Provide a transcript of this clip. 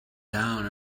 down